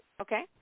okay